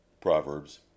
Proverbs